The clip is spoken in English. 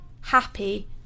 Happy